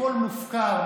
הכול מופקר.